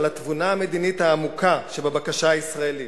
על התבונה המדינית העמוקה שבבקשה הישראלית.